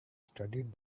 studied